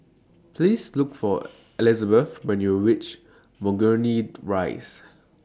Please Look For Elisabeth when YOU REACH Burgundy Rise